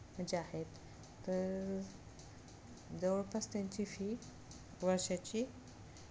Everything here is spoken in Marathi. म्हणजे आहेत तर जवळपास त्यांची फी वर्षाची